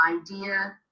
idea